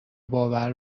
باور